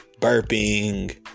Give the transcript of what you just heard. Burping